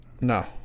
No